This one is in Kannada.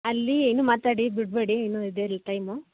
ಅಲ್ಲಿ ಏನು ಮಾತಾಡಿ ಬಿಡಬೇಡಿ ಇನ್ನೂ ಇದೆ ರೀ ಟೈಮು